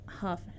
half